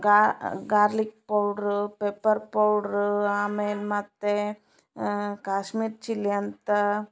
ಗಾ garlic powder pepper powder ಆಮೇಲೆ ಮತ್ತೆ ಕಾಶ್ಮೀರ್ ಚಿಲ್ಲಿ ಅಂತ